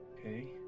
Okay